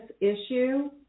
issue